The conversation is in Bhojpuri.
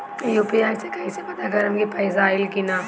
यू.पी.आई से कईसे पता करेम की पैसा आइल की ना?